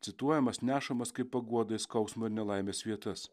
cituojamas nešamas kaip paguoda į skausmo ir nelaimės vietas